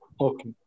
Okay